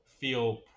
feel